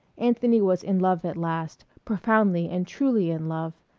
anthony was in love at last, profoundly and truly in love,